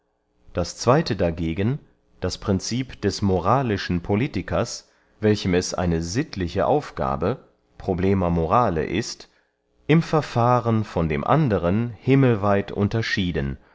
das zweyte dagegen als princip des moralischen politikers welchem es eine sittliche aufgabe problema morale ist im verfahren von dem anderen himmelweit unterschieden